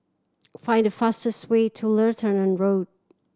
find the fastest way to Lutheran Road